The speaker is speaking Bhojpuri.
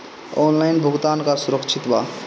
ऑनलाइन भुगतान का सुरक्षित बा?